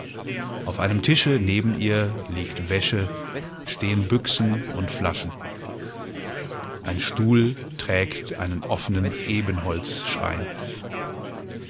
auf einem tische neben ihr liegt wäsche stehen büchsen und flaschen ein stuhl trägt einen offenen